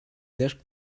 desk